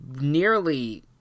nearly